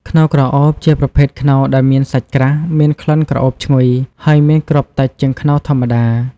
ខ្នុរក្រអូប ជាប្រភេទខ្នុរដែលមានសាច់ក្រាស់ មានក្លិនក្រអូបឈ្ងុយ ហើយមានគ្រាប់តិចជាងខ្នុរធម្មតា។